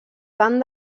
tant